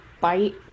bite